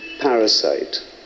parasite